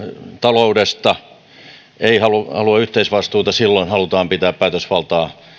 taloudesta ja eivät halua yhteisvastuuta haluavat pitää päätösvaltaa